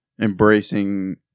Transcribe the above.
embracing